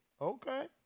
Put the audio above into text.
Okay